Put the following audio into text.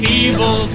evil